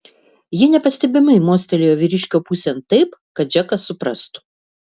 ji nepastebimai mostelėjo vyriškio pusėn taip kad džekas suprastų